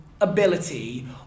ability